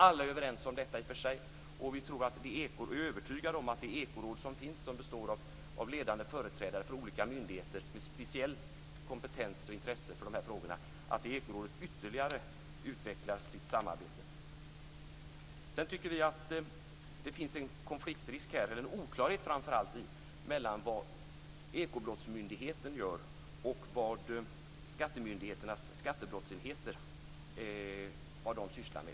Alla är i och för sig överens om detta. Vi är övertygade om att det ekoråd som finns och som består av ledande företrädare för olika myndigheter med speciell kompetens och intresse för de här frågorna ytterligare utvecklar sitt samarbete. Sedan tycker vi att det finns en konfliktrisk här, en oklarhet framför allt mellan vad Ekobrottsmyndigheten gör och vad skattemyndigheternas skattebrottsenheter sysslar med.